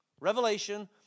Revelation